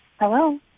Hello